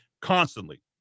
constantly